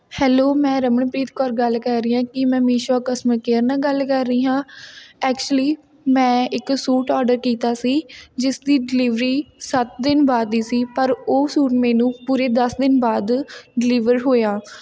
hello ਮੈਂ ਰਮਨਪ੍ਰੀਤ ਕੌਰ ਗੱਲ ਕਰ ਰਹੀ ਹਾਂ ਕੀ ਮੈਂ ਮੀਸ਼ੋ ਕਸਟਮਰ ਕੇਅਰ ਨਾਲ ਗੱਲ ਕਰ ਰਹੀ ਹਾਂ ਐਕਚੁਲੀ ਮੈਂ ਇੱਕ ਸੂਟ ਔਡਰ ਕੀਤਾ ਸੀ ਜਿਸ ਦੀ ਡਿਲੀਵਰੀ ਸੱਤ ਦਿਨ ਬਾਅਦ ਦੀ ਸੀ ਪਰ ਉਹ ਸੂਟ ਮੈਨੂੰ ਪੂਰੇ ਦਸ ਦਿਨ ਬਾਅਦ ਡਿਲੀਵਰ ਹੋਇਆ